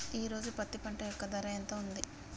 ఈ రోజు పత్తి పంట యొక్క ధర ఎంత ఉంది?